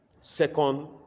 Second